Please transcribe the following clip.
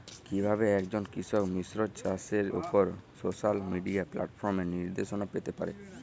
কিভাবে একজন কৃষক মিশ্র চাষের উপর সোশ্যাল মিডিয়া প্ল্যাটফর্মে নির্দেশনা পেতে পারে?